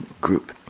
group